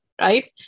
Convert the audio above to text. right